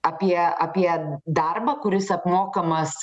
apie apie darbą kuris apmokamas